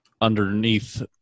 underneath